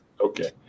Okay